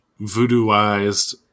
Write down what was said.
voodooized